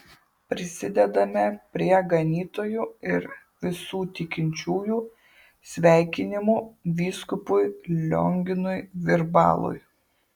prisidedame prie ganytojų ir visų tikinčiųjų sveikinimų vyskupui lionginui virbalui